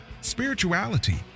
spirituality